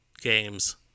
games